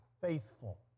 faithful